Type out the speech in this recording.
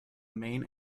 main